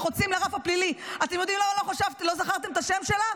וחוצים לרף הפלילי." אתם יודעים למה לא זכרתם את השם שלה?